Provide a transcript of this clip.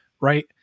right